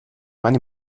meine